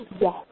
Yes